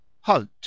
Halt